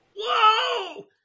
Whoa